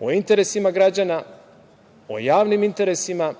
o interesima građana, o javnim interesima,